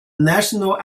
national